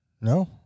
no